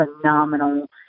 phenomenal